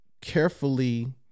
carefully